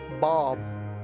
Bob